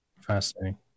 Fascinating